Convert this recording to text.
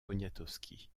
poniatowski